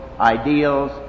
ideals